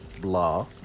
blah